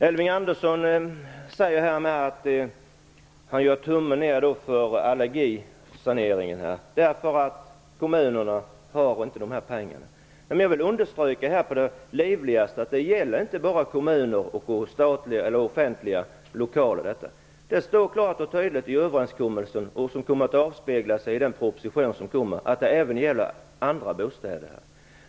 Elving Andersson gör tummen ner för allergisaneringen eftersom kommunerna inte har dessa pengar. Jag vill på det livligaste understryka att inte bara gäller kommuner och offentliga lokaler. Det står klart och tydligt i överenskommelsen att det även gäller andra bostäder. Det kommer också att avspegla sig i den proposition som kommer.